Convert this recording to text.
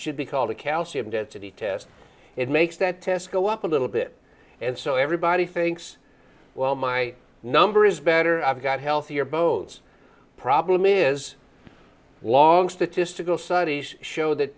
should be called a calcium density test it makes that tesco up a little bit and so everybody thinks well my number is better i've got healthier bones problem is a long statistical studies show that